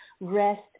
rest